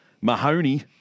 Mahoney